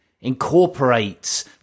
incorporates